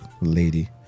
lady